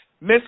Miss